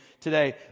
today